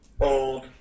old